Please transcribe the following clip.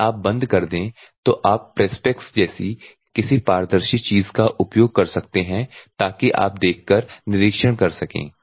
यदि आप बंद कर दें तो आप प्रेसपेक्स जैसी किसी पारदर्शी चीज़ का उपयोग कर सकते हैं ताकि आप देखकर निरीक्षण कर सकें